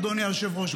אדוני היושב-ראש,